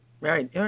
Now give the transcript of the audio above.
Right